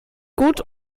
gut